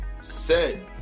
Set